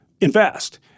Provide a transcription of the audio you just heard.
invest